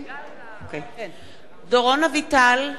דורון אביטל,